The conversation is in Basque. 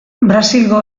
brasilgo